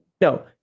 no